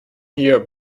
hier